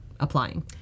applying